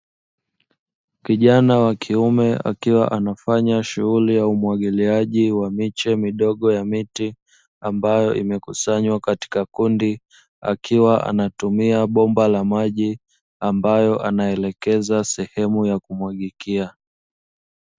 Kijana wa kiume akiwa anafanya shughuli ya umwagiliaji wa miche midogo ya miti, ambayo imekusanywa katika kundi akiwa anatumia bomba la maji ambapo anaelekezea sehemu ya kumwagikia.